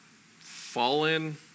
fallen